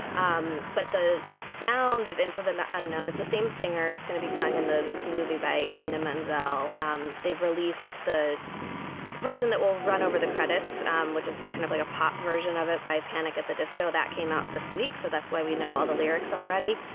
um but the sound of into the the unknown it's the same singer it's going to be sung in the movie by idina menzel. menzel. um they've released the version that will run over the credits um which is like kind of like a pop version of it by panic at the disco that came out this week. so that's why we know all the lyrics already.